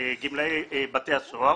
המשטרה ובתי הסוהר,